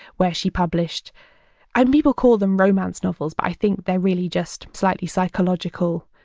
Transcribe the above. where she published and people call them romance novels, i think they're really just slightly psychological,